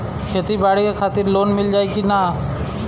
खेती बाडी के खातिर लोन मिल जाई किना?